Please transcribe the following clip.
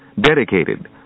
dedicated